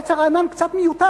העץ הרענן קצת מיותר,